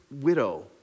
widow